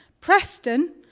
Preston